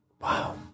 Wow